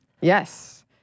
Yes